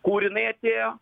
kur jinai atėjo